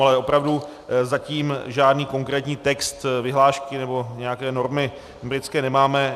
Ale opravdu zatím žádný konkrétní text vyhlášky nebo nějaké normy britské nemáme.